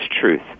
truth